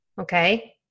Okay